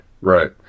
Right